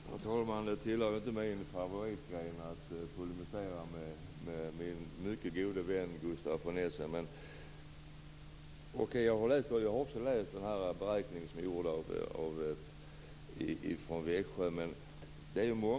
Herr talman! Det tillhör inte min favoritsysselsättning att polemisera med min mycket gode vän Också jag har tagit del av den beräkning som har gjorts av universitet i Växjö.